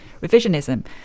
revisionism